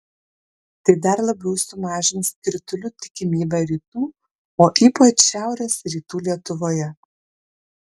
tai dar labiau sumažins kritulių tikimybę rytų o ypač šiaurės rytų lietuvoje